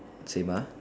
same uh